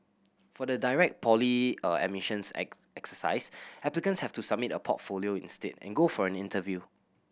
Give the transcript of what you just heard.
for the direct admissions exercise applicants have to submit a portfolio instead and go for an interview